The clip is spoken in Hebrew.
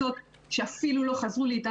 אנחנו לא רואים בדיונים האלה כדיונים